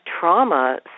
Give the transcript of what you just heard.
trauma